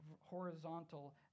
horizontal